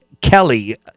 Kelly